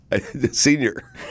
Senior